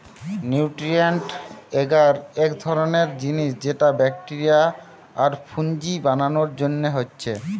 nutrient এগার এক ধরণের জিনিস যেটা ব্যাকটেরিয়া আর ফুঙ্গি বানানার জন্যে হচ্ছে